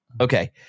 Okay